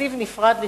תקציב נפרד לתרופות.